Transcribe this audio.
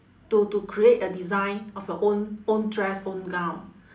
to to create a design of your own own dress own gown